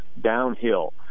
downhill